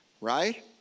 Right